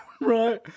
Right